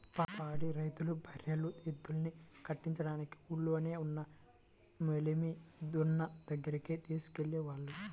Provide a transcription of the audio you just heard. పాడి రైతులు బర్రెలు, ఎద్దుల్ని కట్టించడానికి ఊల్లోనే ఉన్న మేలిమి దున్న దగ్గరికి తీసుకెళ్ళేవాళ్ళు